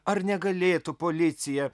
ar negalėtų policija